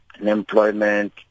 unemployment